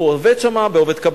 הוא עובד קבלן,